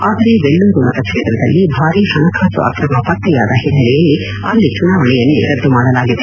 ಆದರೆ ವೆಲ್ಲೂರು ಮತಕ್ಷೇತ್ರದಲ್ಲಿ ಭಾರೀ ಹಣಕಾಸು ಅಕ್ರಮ ಪತೆಯಾದ ಹಿನ್ತೆಲೆಯಲ್ಲಿ ಅಲ್ಲಿ ಚುನಾವಣೆಯನ್ತೇ ರದ್ದು ಮಾದಲಾಗಿದೆ